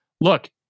Look